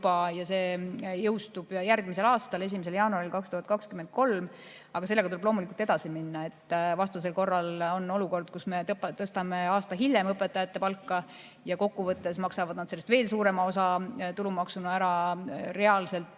ja see jõustub järgmisel aastal, 1. jaanuaril 2023. Aga sellega tuleb loomulikult edasi minna. Vastasel korral on olukord, kus me tõstame aasta hiljem õpetajate palka, aga kokkuvõttes maksavad nad sellest veel suurema osa tulumaksuna ära. Reaalselt